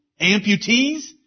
Amputees